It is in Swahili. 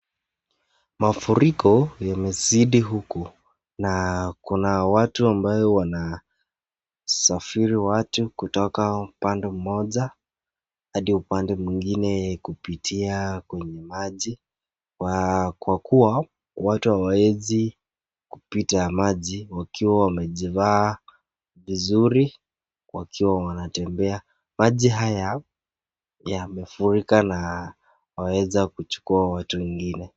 Mafuriko yamezidi huku na kuna watu ambayo wanasafiri watu kutoka upande moja hadi upande mwingine kupitia kwenye maji kwa kuwa watu hawawezi kupita maji wakiwa wamejivaa vizuri wakiwa wanatembea, maji haya yamefurika na waweza kuchukua watu wengine.